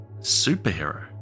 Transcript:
Superhero